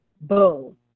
boom